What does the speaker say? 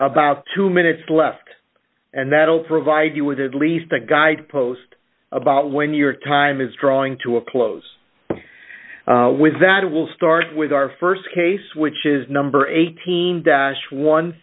about two minutes left and that'll provide you with at least a guidepost about when your time is drawing to a close with that it will start with our st case which is number eighteen